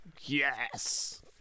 yes